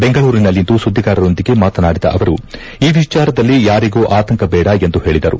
ಬೆಂಗಳೂರಿನಲ್ಲಿಂದು ಸುದ್ದಿಗಾರರೊಂದಿಗೆ ಮಾತನಾಡಿದ ಅವರು ಈ ವಿಚಾರದಲ್ಲಿ ಯಾರಿಗೂ ಆತಂಕ ಬೇಡ ಎಂದು ಹೇಳದರು